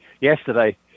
yesterday